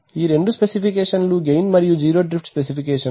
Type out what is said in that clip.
ఈ రెండు స్పెసిఫికేషన్ లు గెయిన్ మరియు జీరో డ్రిఫ్ట్ స్పెసిఫికేషన్లు